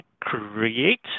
create